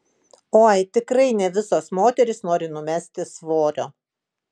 oi tikrai ne visos moterys nori numesti svorio